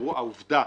העובדה,